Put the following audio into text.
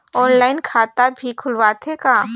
Online खाता भी खुलथे का?